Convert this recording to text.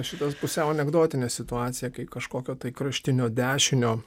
šitas pusiau anekdotinė situacija kai kažkokio tai kraštinio dešinio